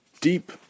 deep